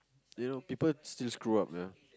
you know people still screw up ya